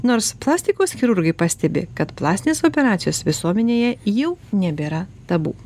nors plastikos chirurgai pastebi kad plastinės operacijos visuomenėje jau nebėra tabu